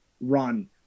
run